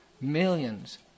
millions